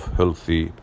healthy